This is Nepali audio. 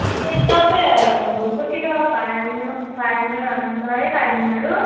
ए तपाईँहरूको तिर फार्म फार्मरहरू हुन्छ है फार्मिङहरू